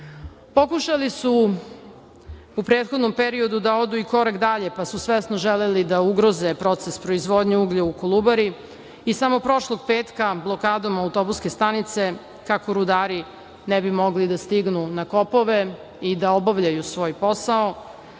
su u prethodnom periodu da odu i korak dalje pa su svesno želeli da ugroze proces proizvodnje uglja u "Kolubari" i samo prošlog petka blokadom autobuske stanice kako rudari ne bi mogli da stignu na kopove i da obavljaju svoj posao,